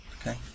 Okay